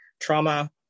trauma